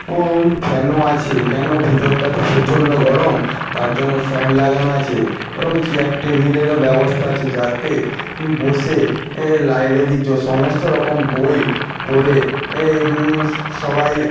ফ্যানও আছে কেন ভেতরটা তো প্রচণ্ড গরম তার জন্য ফ্যান লাগানো আছে এবং চেয়ার টেবিলেরও ব্যবস্থা আছে যাতে বসে লাইব্রেরীর য সমস্ত রকম বই পড়ে সবাই